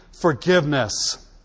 forgiveness